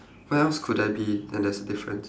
where else could there be where there's a difference